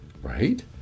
right